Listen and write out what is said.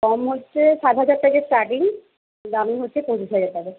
তার মধ্যে সাত হাজার থেকে স্টার্টিং দামি হচ্ছে তিরিশ হাজার টাকা